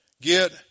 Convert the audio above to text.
get